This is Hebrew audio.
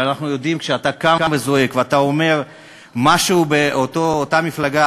ואנחנו יודעים שכשאתה קם וזועק ואתה אומר משהו באותה מפלגה,